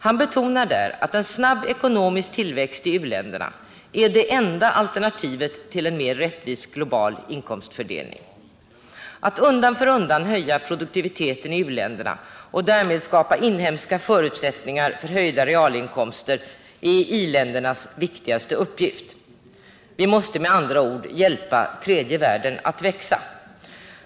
Han betonar där att en snabb ekonomisk tillväxt i u-länderna är det enda alternativet till en mer rättvis global inkomstfördelning. Att undan för undan höja produktiviteten i u-länderna och därmed skapa inhemska förutsättningar för höjda realinkomster är i-ländernas viktigaste uppgift. Vi måste med andra ord hjälpa tredje världens länder att växa.